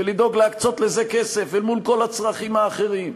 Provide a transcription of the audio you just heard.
ולדאוג להקצות לזה כסף אל מול כל הצרכים האחרים.